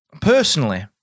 personally